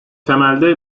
temelde